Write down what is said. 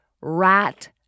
rat